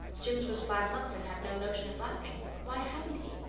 jims was five months and had no notion of laughing. why hadn't he?